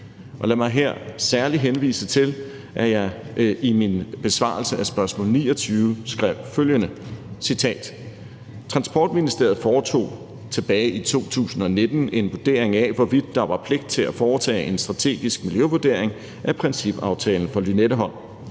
lad mig her særlig henvise til, at jeg i min besvarelse af spørgsmål nr. 29 skrev følgende, og jeg citerer: »Transportministeriet foretog tilbage i 2019 en vurdering af, hvorvidt der var pligt til at foretage en strategisk miljøvurdering (SMV) af principaftalen for Lynetteholm.